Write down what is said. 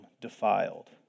defiled